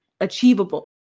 achievable